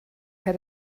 had